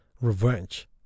Revenge